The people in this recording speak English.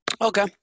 Okay